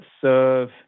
serve